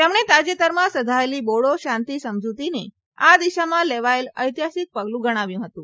તેમણે તાજેતરમાં સધાયેલી બોડો શાંતિ સમજૂતીને આ દિશામાં લેવાયેલ ઐતિહાસિક પગલું ગણાવ્યું હતું